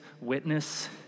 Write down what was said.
witness